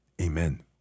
Amen